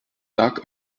lag